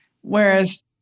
whereas